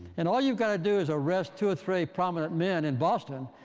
and all you've got to do is arrest two or three prominent men in boston,